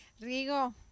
Rigo